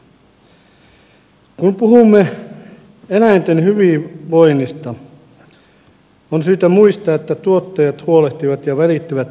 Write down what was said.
kun puhumme eläinten hyvinvoinnista on syytä muistaa että tuottajat huolehtivat ja välittävät eläimistään